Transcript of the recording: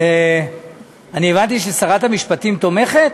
אני הבנתי ששרת המשפטים תומכת?